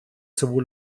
sowohl